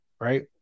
Right